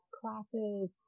classes